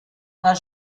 war